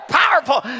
powerful